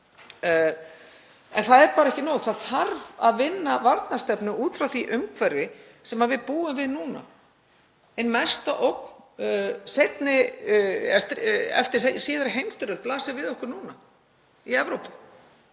En það er bara ekki nóg. Það þarf að vinna varnarstefnu út frá því umhverfi sem við búum við núna. Ein mesta ógn eftir síðari heimsstyrjöld blasir við okkur núna í Evrópu